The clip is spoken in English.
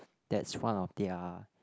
that's one of their